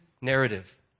narrative